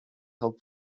held